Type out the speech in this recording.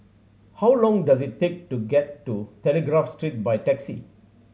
how long does it take to get to Telegraph Street by taxi